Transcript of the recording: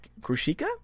Krushika